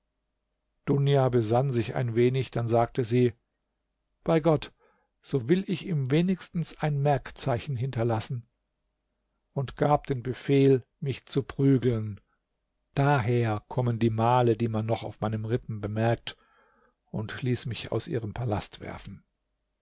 dunja besann sich ein wenig dann sagte sie bei gott so will ich ihm wenigstens ein merkzeichen hinterlassen und gab den befehl mich zu prügeln daher kommen die male die man noch auf meinen rippen bemerkt und ließ mich aus ihrem palast werfen